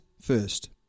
first